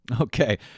Okay